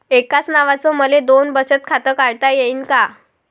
एकाच नावानं मले दोन बचत खातं काढता येईन का?